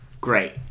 Great